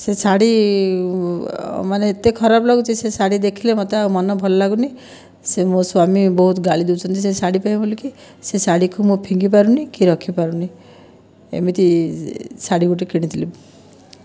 ସେ ଶାଢ଼ୀ ମାନେ ଏତେ ଖରାପ ଲାଗୁଛି ସେ ଶାଢ଼ୀ ଦେଖିଲେ ମୋତେ ଆଉ ମନ ଭଲ ଲାଗୁନାହିଁ ସେ ମୋ' ସ୍ୱାମୀ ବହୁତ ଗାଳି ଦେଉଛନ୍ତି ସେ ଶାଢ଼ୀ ପାଇଁ ବୋଲିକି ସେ ଶାଢ଼ୀକୁ ମୁଁ ଫିଙ୍ଗିପାରୁନି କି ରଖିପାରୁନି ଏମିତି ଶାଢ଼ୀ ଗୋଟିଏ କିଣିଥିଲି